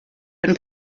been